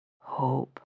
hope